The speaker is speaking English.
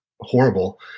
horrible